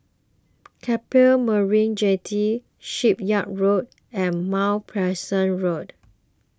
Keppel Marina Jetty Shipyard Road and Mount Pleasant Road